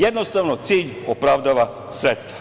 Jednostavno, cilj opravdava sredstva.